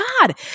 god